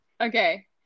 Okay